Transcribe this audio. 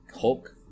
Hulk